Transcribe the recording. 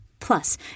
Plus